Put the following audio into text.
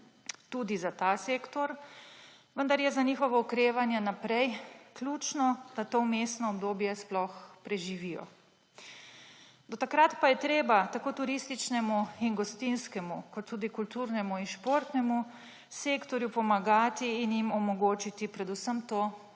tudi za ta sektor, vendar je za njihovo okrevanje naprej ključno, da to vmesno obdobje sploh preživijo. Do takrat pa je treba tako turističnemu in gostinskemu kot tudi kulturnemu in športnemu sektorju pomagati in jim omogočiti predvsem to,